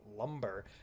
lumber